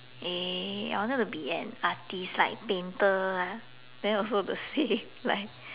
uh I wanted to be an artist like painter ah then also the same like